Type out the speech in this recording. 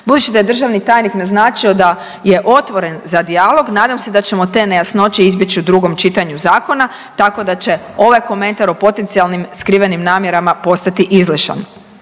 Budući da je državni tajnik naznačio da je otvoren za dijalog nadam se da ćemo te nejasnoće izbjeći u drugom čitanju zakona, tako da će ovaj komentar o potencijalnim skrivenim namjerama postati izlišan.